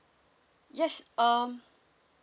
yes um